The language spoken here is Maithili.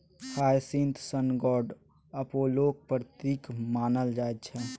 हाइसिंथ सन गोड अपोलोक प्रतीक मानल जाइ छै